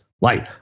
Light